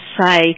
say